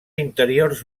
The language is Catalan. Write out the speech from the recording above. interiors